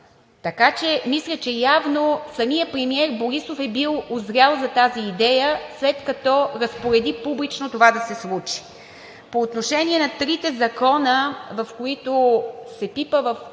Така че мисля, че явно самият премиер Борисов е бил узрял за тази идея, след като разпореди публично това да се случи. По отношение на трите закона, в които се пипа в